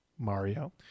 mario